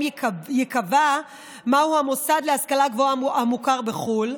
ייקבע מהו מוסד להשכלה גבוהה מוכר בחו"ל.